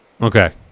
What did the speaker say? Okay